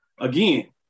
Again